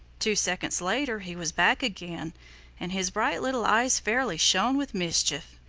two seconds later he was back again and his bright little eyes fairly shone with mischief.